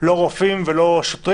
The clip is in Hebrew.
ולא רופאים ולא שוטרים.